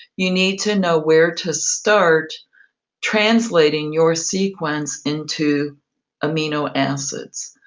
you need to know where to start translating your sequence into amino acids.